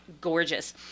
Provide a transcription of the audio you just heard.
gorgeous